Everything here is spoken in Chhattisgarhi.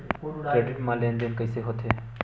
क्रेडिट मा लेन देन कइसे होथे?